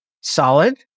solid